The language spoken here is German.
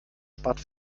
spart